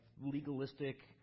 legalistic